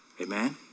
Amen